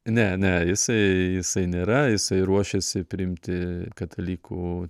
ne ne jisai jisai nėra jisai ruošiasi priimti katalikų